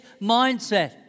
mindset